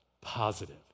positive